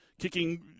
Kicking